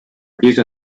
chiesa